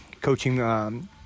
coaching